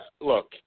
look